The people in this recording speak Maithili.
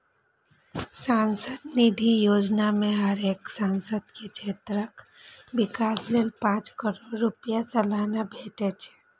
सांसद निधि योजना मे हरेक सांसद के क्षेत्रक विकास लेल पांच करोड़ रुपैया सलाना भेटे छै